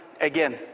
again